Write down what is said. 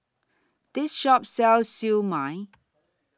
This Shop sells Siew Mai